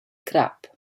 crap